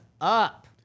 up